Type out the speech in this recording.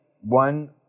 one